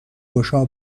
گشا